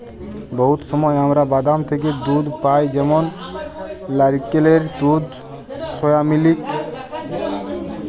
বহুত সময় আমরা বাদাম থ্যাকে দুহুদ পাই যেমল লাইরকেলের দুহুদ, সয়ামিলিক